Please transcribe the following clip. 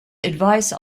advice